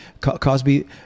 Cosby